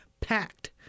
packed